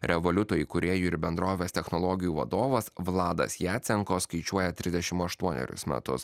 revaliuto įkūrėjų ir bendrovės technologijų vadovas vladas jacenko skaičiuoja trisdešim aštuonerius metus